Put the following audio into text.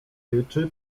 ryczy